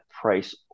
price